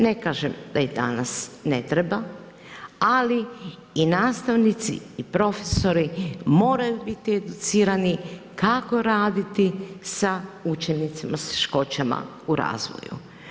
Ne kažem da i danas ne treba, ali i nastavnici i profesori moraju biti educirani kako raditi sa učenicima s teškoćama u razvoju.